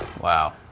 wow